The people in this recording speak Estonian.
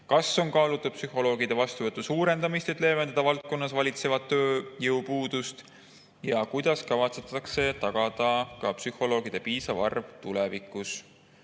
Kas on kaalutud psühholoogide vastuvõtu suurendamist, et leevendada valdkonnas valitsevat tööjõupuudust? Kuidas kavatsetakse tagada psühholoogide piisav arv ka tulevikus?